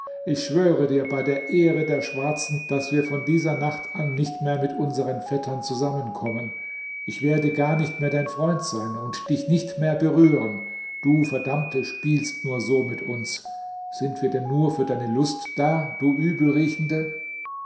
ich schwöre dir bei der ehre der schwarzen daß wir von dieser nacht an nicht mehr mit unseren vettern zusammenkommen ich werde gar nicht mehr dein freund sein und dich nicht mehr berühren du verdammte spielst nur so mit uns sind wir denn nur für deine lust da du